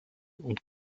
und